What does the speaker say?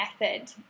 method